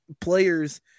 players